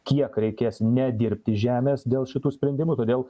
kiek reikės nedirbti žemės dėl šitų sprendimų todėl